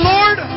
Lord